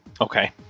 Okay